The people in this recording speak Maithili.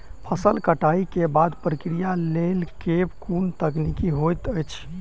फसल कटाई केँ बादक प्रक्रिया लेल केँ कुन तकनीकी होइत अछि?